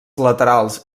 laterals